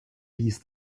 these